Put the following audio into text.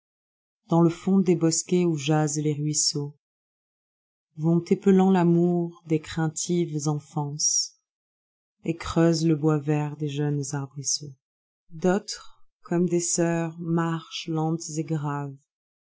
dans le fond des bosquets où jasent les ruisseaux vont épelant l'amour des craintives enfanceset creusent le bois vert des jeunes arbrisseaux d'autres comme des sœurs marchent lentes et gravera